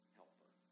helper